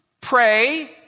pray